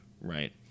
right